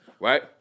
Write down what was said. right